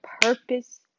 purpose